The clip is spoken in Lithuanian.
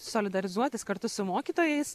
solidarizuotis kartu su mokytojais